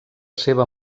seva